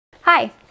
Hi